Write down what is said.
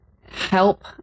help